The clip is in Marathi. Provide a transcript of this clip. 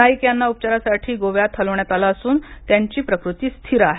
नाईक यांना उपचारांसाठी गोव्यात हलवण्यात आलं असून त्यांची प्रकृती स्थिर आहे